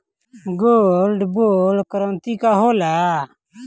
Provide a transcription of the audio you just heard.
Gold bond करतिं का होला?